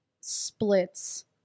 splits